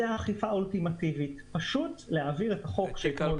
זאת האכיפה האולטימטיבית פשוט להעביר את החוק שאתמול